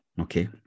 Okay